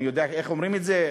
אני יודע איך אומרים את זה,